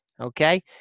Okay